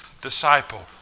disciple